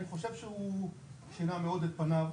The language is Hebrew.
אני חושב שהוא שינה מאוד את פניו,